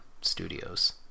studios